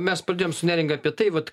mes pradėjom su neringa apie tai vat